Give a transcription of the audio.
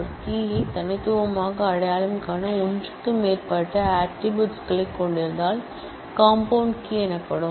ஒரு கீயை தனித்துவமாக அடையாளம் காண ஒன்றுக்கு மேற்பட்ட ஆட்ரிபூட்ஸ் களைக் கொண்டிருந்தால் காம்பவுண்ட் கீ எனப்படும்